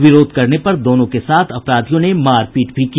विरोध करने पर दोनों के साथ अपराधियों ने मारपीट भी की